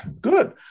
good